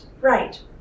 Right